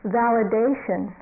validation